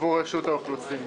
עבור רשות האוכלוסין.